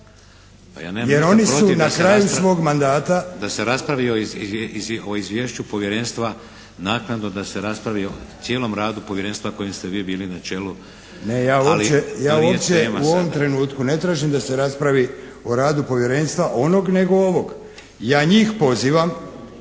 Jer oni su na kraju svog mandata…